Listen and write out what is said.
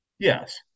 Yes